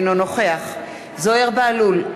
אינו נוכח זוהיר בהלול,